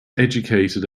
educated